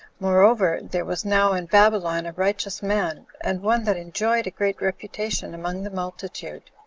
moreover, there was now in babylon a righteous man, and one that enjoyed a great reputation among the multitude.